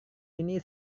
ini